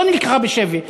לא נלקחה בשבי.